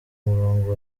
murongo